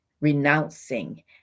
renouncing